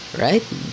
right